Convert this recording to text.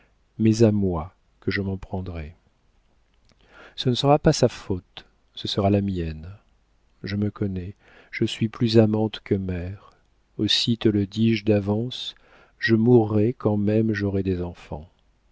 mais à moi que je m'en prendrai ce ne sera pas sa faute ce sera la mienne je me connais je suis plus amante que mère aussi te le dis-je d'avance je mourrais quand même j'aurais des enfants